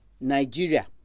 nigeria